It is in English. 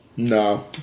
No